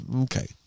Okay